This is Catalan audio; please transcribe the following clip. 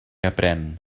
aprén